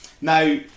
now